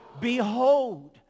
behold